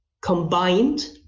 combined